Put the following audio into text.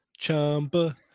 Chamba